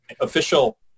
Official